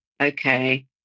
okay